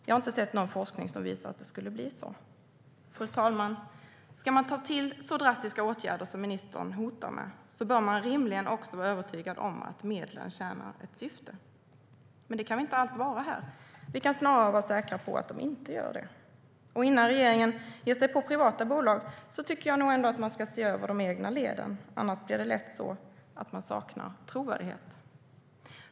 Jag har inte sett någon forskning som visar att det skulle bli så. Fru talman! Ska man ta till så drastiska åtgärder som ministern hotar med bör man rimligen också vara övertygad om att medlen tjänar ett syfte. Men det kan vi inte alls vara här. Vi kan snarare vara säkra på att de inte gör det. Innan regeringen ger sig på privata bolag tycker jag att man ska se över de egna leden. Annars blir det lätt så att man saknar trovärdighet.